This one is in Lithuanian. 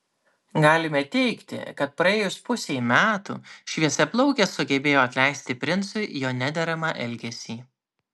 galime teigti kad praėjus pusei metų šviesiaplaukė sugebėjo atleisti princui jo nederamą elgesį